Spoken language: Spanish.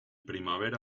primavera